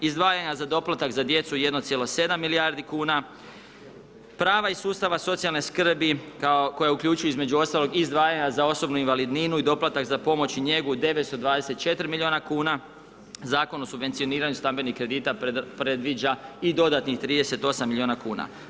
Izdavanja za doplatak za djecu 1,7 milijardi kn, prava iz sustava socijalne skrbi, koja uključuje, između ostalog izdvajanje za osobnu invalidninu i doplatak za pomoć i njegu 924 milijuna kn zakon o subvencioniranju stambenih kredita, predviđa i dodatnih 38 milijuna kn.